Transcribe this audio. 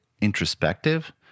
introspective